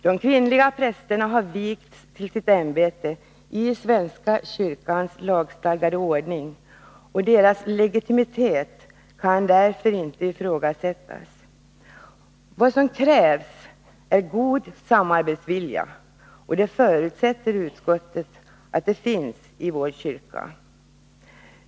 De kvinnliga prästerna har vigts till sitt ämbete i svenska kyrkans lagstadgade ordning, och deras legitimitet kan därför inte ifrågasättas. Vad som krävs är god samarbetsvilja, och utskottet förutsätter att det finns i vår kyrka.